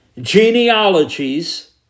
genealogies